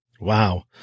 Wow